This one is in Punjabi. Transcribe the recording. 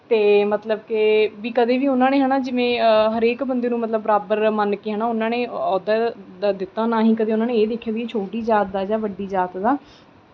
ਅਤੇ ਮਤਲਬ ਕਿ ਵੀ ਕਦੇ ਵੀ ਉਨ੍ਹਾਂ ਨੇ ਹੈ ਨਾ ਜਿਵੇਂ ਹਰੇਕ ਬੰਦੇ ਨੂੰ ਮਤਲਬ ਬਰਾਬਰ ਮੰਨ ਕੇ ਹੈ ਨਾ ਉਨ੍ਹਾਂ ਨੇ ਅਹੁਦਾ ਦਿੱਤਾ ਨਾ ਹੀ ਕਦੇ ਉਨ੍ਹਾਂ ਨੇ ਇਹ ਦੇਖਿਆ ਵੀ ਇਹ ਛੋਟੀ ਜਾਤ ਦਾ ਵੀ ਜਾਂ ਵੱਡੀ ਜਾਤ ਦਾ